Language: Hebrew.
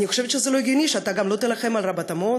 אני חושבת שזה לא הגיוני שאתה לא תילחם גם על רבת-עמון,